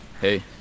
Hey